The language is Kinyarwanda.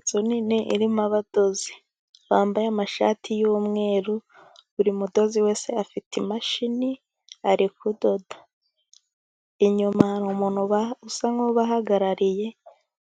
Inzu nini irimo abadozi. Bambaye amashati y'umweru, buri mudozi wese afite imashini ari kudoda. Inyuma hari umuntu usa nk'ubahagarariye